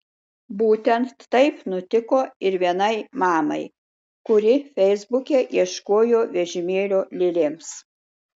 būtent taip nutiko ir vienai mamai kuri feisbuke ieškojo vežimėlio lėlėms